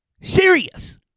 serious